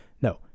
no